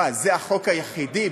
מה, זה החוק היחידי?